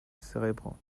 cerebro